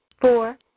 Four